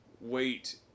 wait